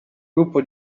gruppo